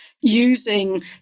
using